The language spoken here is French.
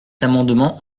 amendement